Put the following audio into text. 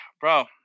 bro